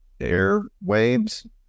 airwaves